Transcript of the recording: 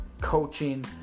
coaching